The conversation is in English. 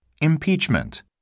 Impeachment